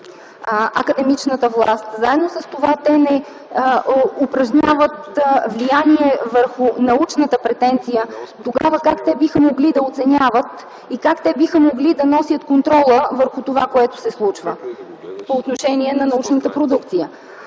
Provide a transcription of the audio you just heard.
на академичната власт, заедно с това те не упражняват влияние върху научната претенция, тогава как те биха могли да оценяват и как те биха могли да носят контрола върху това, което се случва по отношение на научната продукция?